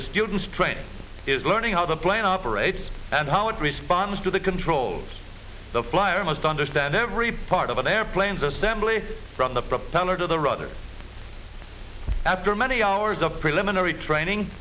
the student's training is learning how the plane operates and how it responds to the controls the flyer must understand every part of an airplane's assembly from the propeller to the rather after many hours of preliminary training